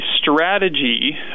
strategy